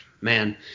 man